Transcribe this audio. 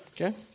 Okay